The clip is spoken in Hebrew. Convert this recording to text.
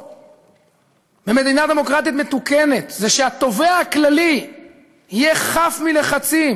במדינה דמוקרטית מתוקנת זה שהתובע הכללי יהיה חף מלחצים